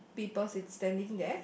people sit standing there